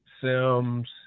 Sims